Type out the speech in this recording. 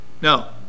no